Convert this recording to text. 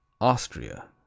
Austria